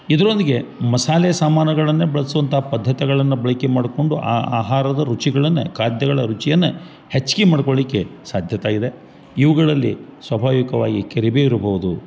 ಇದ್ರೊಂದ್ಗೆ ಮಸಾಲೆ ಸಾಮಾನುಗಳನ್ನೆ ಬಳ್ಸುವಂಥ ಪಧ್ಧತೆಗಳನ್ನ ಬಳ್ಕೆ ಮಾಡ್ಕೊಂಡು ಆ ಆಹಾರದ ರುಚಿಗಳನ್ನ ಖಾದ್ಯಗಳ ರುಚಿಯನ್ನ ಹೆಚ್ಗಿ ಮಾಡ್ಕೊಳ್ಲಿಕ್ಕೆ ಸಾಧ್ಯತೆಯಿದೆ ಇವುಗಳಲ್ಲಿ ಸ್ವಾಭಾವಿಕವಾಗಿ ಕರಿಬೇವು ಇರ್ಬೋದು